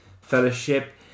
Fellowship